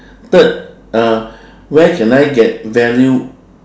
third uh where can I get value